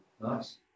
Nice